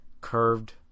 curved